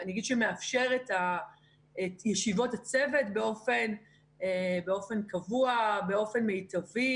שמאפשר את ישיבות הצוות באופן קבוע ובאופן מיטבי,